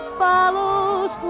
follows